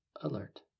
alert